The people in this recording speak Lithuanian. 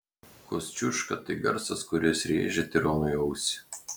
kosciuška tai garsas kuris rėžia tironui ausį